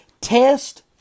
Test